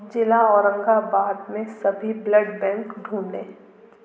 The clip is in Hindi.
ज़िला औरंगाबाद में सभी ब्लड बैंक ढूँढें